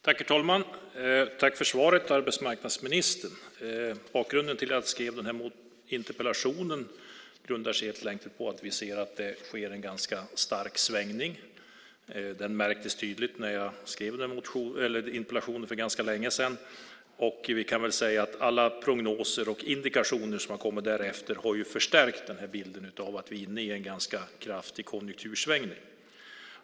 Herr talman! Tack för svaret, arbetsmarknadsministern. Bakgrunden till att jag skrev interpellationen är att vi ser att det sker en ganska stark svängning. Den märktes tydligt när jag skrev interpellationen för ganska länge sedan. Alla prognoser och indikationer som har kommit därefter har förstärkt bilden av att vi är inne i en ganska kraftig konjunktursvängning.